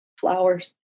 flowers